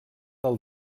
del